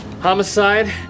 Homicide